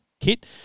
kit